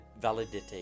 validity